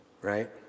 right